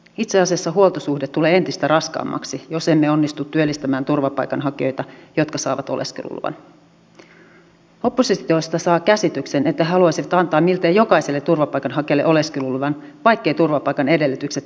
edustaja myller kysyikin jo konkretian perään koskien esimerkiksi biotaloutta digitalisaatiota ja cleantechiä mutta yksi asia on se että ympäristöystävällisten valintojen pitäisi olla kuluttajille mahdollisimman helppoja ja myös kannattavia